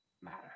matter